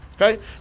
Okay